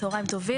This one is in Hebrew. צוהריים טובים.